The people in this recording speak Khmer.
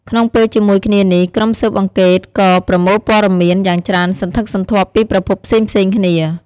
ក្នុងពេលជាមួយគ្នានេះ ក្រុមស៊ើបអង្កេតក៏ ប្រមូលព័ត៌មាន យ៉ាងច្រើនសន្ធឹកសន្ធាប់ពីប្រភពផ្សេងៗគ្នា។